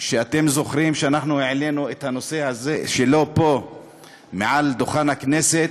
אתם זוכרים שאנחנו העלינו את הנושא שלו פה מעל דוכן הכנסת,